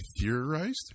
theorized